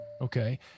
okay